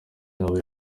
yabo